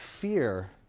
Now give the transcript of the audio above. fear